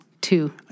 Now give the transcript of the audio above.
two